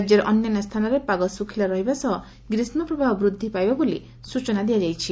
ରାଜ୍ୟରେ ଅନ୍ୟାନ୍ୟ ସ୍ଥାନରେ ପାଗ ଶୁଖ୍ଲା ରହିବା ସହ ଗ୍ରୀଷ୍କପ୍ରବାହ ବୃଦ୍ଧି ପାଇବ ବୋଲି ସୂଚନା ଦିଆଯାଇଛି